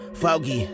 foggy